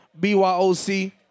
BYOC